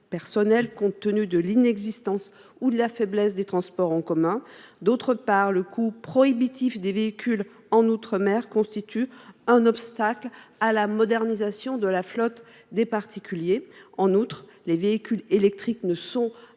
personnel, compte tenu de l’inexistence ou de la faiblesse des réseaux de transports en commun. D’une part, le coût prohibitif des véhicules en outre mer représente un obstacle à la modernisation de la flotte des particuliers. D’autre part, pour l’heure, les véhicules électriques ne sont